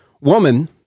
Woman